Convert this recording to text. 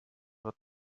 wird